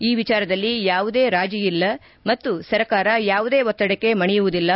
ಈ ವಿಚಾರದಲ್ಲಿ ಯಾವುದೇ ರಾಜೀ ಇಲ್ಲ ಮತ್ತು ಸರ್ಕಾರ ಯಾವುದೇ ಒತ್ತಡಕ್ಕೆ ಮಣಿಯುವುದಿಲ್ಲ